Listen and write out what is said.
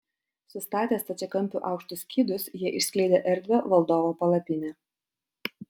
sustatę stačiakampiu aukštus skydus jie išskleidė erdvią valdovo palapinę